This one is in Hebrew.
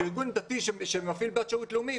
וארגון דתי שמפעיל בת שירות לאומי,